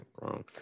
wrong